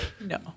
no